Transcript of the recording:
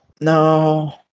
No